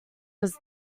was